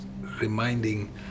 reminding